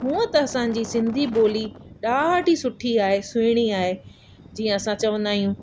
हूंअं त असांजी सिंधी ॿोली ॾाढी सुठी आहे सुहिणी आहे जीअं असां चवंदा आहियूं